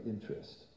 interest